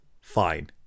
Fine